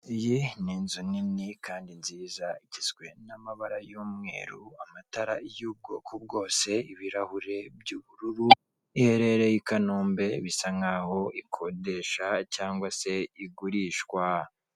Iyi ni inzu nini kandi nziza igizwe n'amabara y'umweru, amatara y'ubwoko bwose ibirahuri by'ubururu iherereye i Kanombe, bisa nk'aho ikodesha cyangwa se igurishwa.